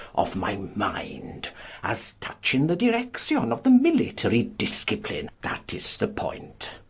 of my mind as touching the direction of the militarie discipline, that is the point